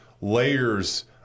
layers